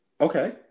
Okay